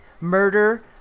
murder